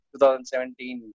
2017